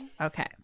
Okay